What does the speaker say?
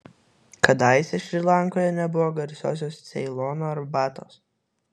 kadaise šri lankoje nebuvo garsiosios ceilono arbatos